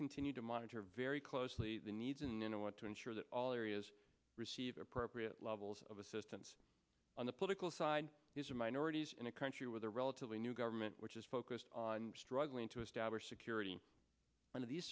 continue to monitor very closely the needs in a want to ensure that all areas receive appropriate levels of assistance on the political side these are minorities in a country with a relatively new government which is focused on struggling to establish security under these